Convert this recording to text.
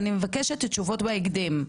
מבקשת תשובות בהקדם.